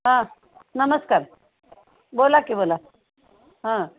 हां नमस्कार बोला की बोला हां